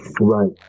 Right